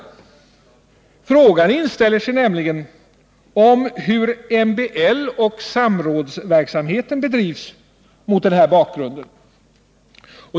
En fråga inställer sig nämligen mot denna bakgrund: Hur bedrivs MBL och samrådsverksamheten?